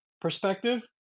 perspective